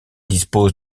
dispose